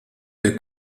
der